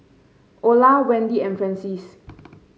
Ola Wendi and Francies